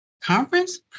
conference